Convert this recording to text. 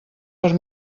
per